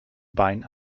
bein